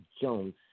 Jones